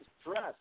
stress